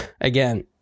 again